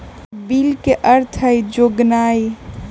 bill के अर्थ हइ जोगनाइ